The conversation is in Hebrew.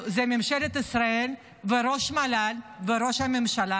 זה ממשלת ישראל וראש המל"ל וראש הממשלה.